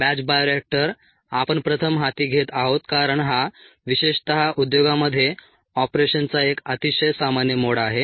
batch bioreactor आपण प्रथम हाती घेत आहोत कारण हा विशेषतः उद्योगांमध्ये ऑपरेशनचा एक अतिशय सामान्य मोड आहे